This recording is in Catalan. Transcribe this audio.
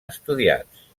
estudiats